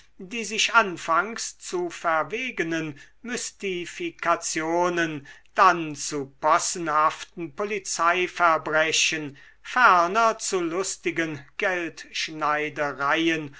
die sich anfangs zu verwegenen mystifikationen dann zu possenhaften polizeiverbrechen ferner zu lustigen